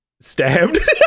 Stabbed